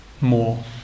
more